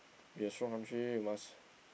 be a strong country we must